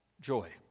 joy